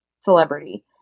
celebrity